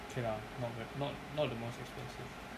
okay lah not bad not not the most expensive